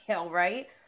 right